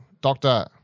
Doctor